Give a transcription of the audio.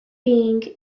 being